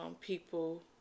people